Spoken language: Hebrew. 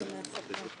תודה רבה.